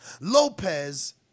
Lopez